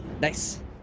Nice